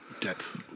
depth